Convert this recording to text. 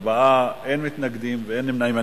4, אין מתנגדים, אין נמנעים.